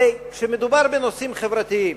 הרי כשמדובר בנושאים חברתיים,